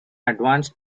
advanced